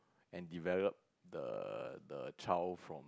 and develop the the child from